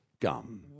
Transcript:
gum